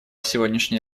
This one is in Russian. сегодняшняя